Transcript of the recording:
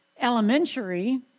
elementary